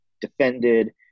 defended